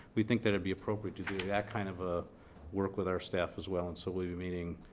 we think that would be appropriate to do that kind of ah work with our staff as well and so we'll be meeting,